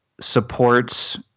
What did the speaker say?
supports